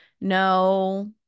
No